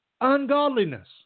Ungodliness